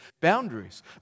boundaries